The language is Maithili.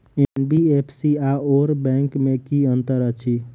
एन.बी.एफ.सी आओर बैंक मे की अंतर अछि?